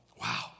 Wow